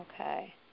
Okay